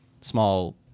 small